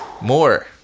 more